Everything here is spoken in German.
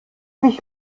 ich